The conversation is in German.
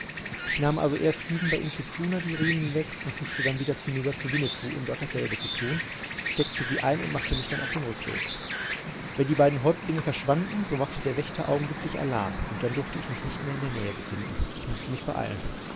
ich nahm also erst hüben bei intschu tschuna die riemen weg und huschte dann wieder hinüber zu winnetou um dort dasselbe zu tun steckte sie ein und machte mich dann auf den rückweg wenn die beiden häuptlinge verschwanden so machte der wächter augenblicklich alarm und dann durfte ich mich nicht mehr in der nähe befinden ich mußte mich beeilen